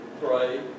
Pray